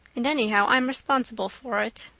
and anyhow i'm responsible for it.